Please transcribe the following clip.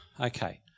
okay